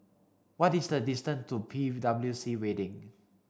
what is the distance to P W C Building